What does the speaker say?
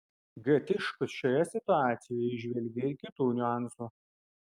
g tiškus šioje situacijoje įžvelgė ir kitų niuansų